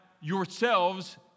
yourselves